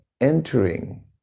entering